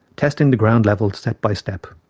testing the ground level step by step.